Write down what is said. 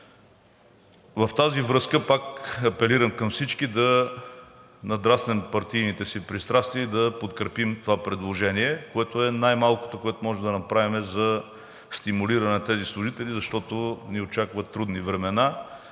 В тази връзка пак апелирам към всички да надраснем партийните си пристрастия и да подкрепим това предложение, което е най-малкото, което можем да направим за стимулиране на тези служители, защото ни очакват трудни времена,